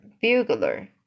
bugler